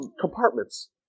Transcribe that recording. compartments